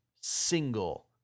single